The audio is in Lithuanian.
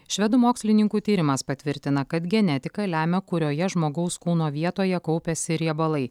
švedų mokslininkų tyrimas patvirtina kad genetika lemia kurioje žmogaus kūno vietoje kaupiasi riebalai